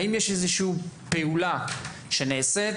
האם יש איזושהי פעולה שנעשית?